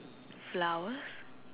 flowers